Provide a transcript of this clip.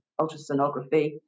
ultrasonography